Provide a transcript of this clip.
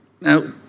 Now